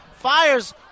Fires